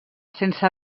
sense